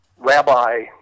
Rabbi